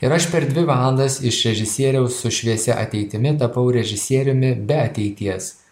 ir aš per dvi valandas iš režisieriaus su šviesia ateitimi tapau režisieriumi be ateities